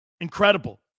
Incredible